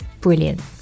brilliant